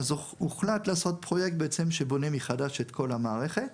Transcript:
אז הוחלט לעשות פרויקט בעצם שבונה מחדש את כל המערכת